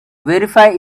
verify